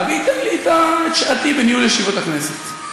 וייתן לי את שעתי בניהול ישיבות הכנסת.